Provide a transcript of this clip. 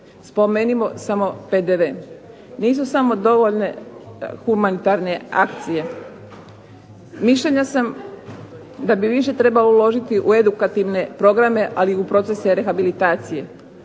spomenimo samo PDV. Nisu samo dovoljne humanitarne akcije, mišljenja sam da bi više trebalo uložiti u edukativne programe ali i procese rehabilitacije.